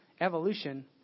evolution